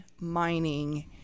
mining